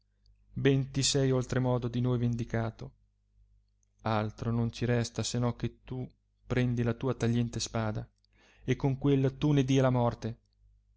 ben ti sei oltre modo di noi vendicato altro non ci resta se no che tu prendi la tua tagliente spada e con quella tu ne dia la morte